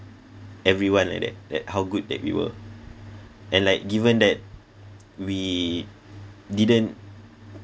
everyone at that that how good that we were and like given that we didn't